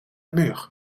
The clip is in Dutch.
muur